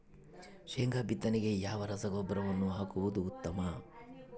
ಶೇಂಗಾ ಬಿತ್ತನೆಗೆ ಯಾವ ರಸಗೊಬ್ಬರವನ್ನು ಹಾಕುವುದು ಉತ್ತಮ?